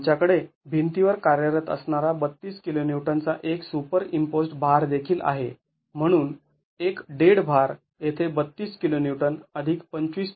आमच्याकडे भिंतीवर कार्यरत असणारा ३२ kN चा एक सुपरइम्पोज्ड् भार देखील आहे म्हणून एक डेड भार येथे ३२kN २५